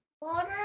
Water